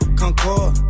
concord